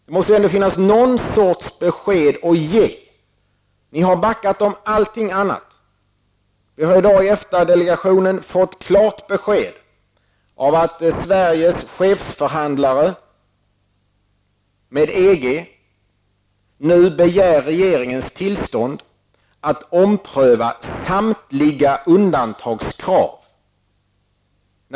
Det måste väl ändå finnas någon sorts besked att ge. Ni har backat på alla andra punkter. Vi har i dag i EFTA-delegationen fått klart besked om att Sveriges chefsförhandlare med EG nu begär regeringens tillstånd att ompröva samtliga undantagskrav.